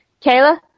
kayla